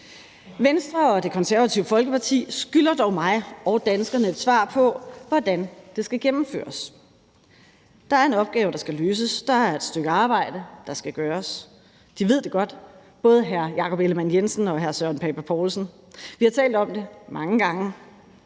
Venstre og Det Konservative Folkeparti skylder dog mig og danskerne et svar på, hvordan det skal gennemføres. Der er en opgave, der skal løses, der er et stykke arbejde, der skal gøres. Både hr. Jakob Ellemann-Jensen og hr. Søren Pape Poulsen ved det godt, vi har talt om det mange gange,